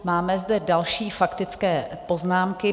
Máme zde další faktické poznámky.